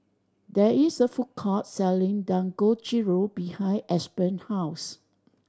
there is a food court selling Dangojiru behind Aspen's house